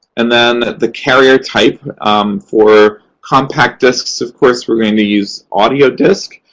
and then the carrier type for compact discs, of course, we're going to use audio disc,